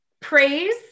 praise